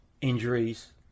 injuries